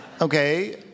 Okay